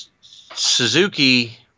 Suzuki